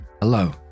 Hello